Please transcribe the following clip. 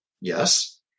Yes